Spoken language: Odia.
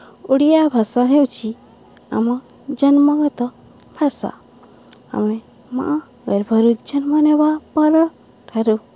ଓଡ଼ିଆ ଭାଷା ହେଉଛି ଆମ ଜନ୍ମଗତ ଭାଷା ଆମେ ମା' ଗର୍ଭରୁ ଜନ୍ମ ନେବା ପରଠାରୁ